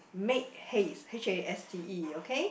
make haste H A S T E okay